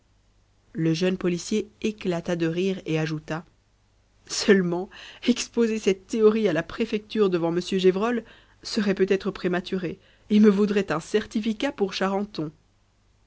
le jeune policier éclata de rire et ajouta seulement exposer cette théorie à la préfecture devant mons gévrol serait peut-être prématuré et me vaudrait un certificat pour charenton